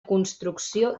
construcció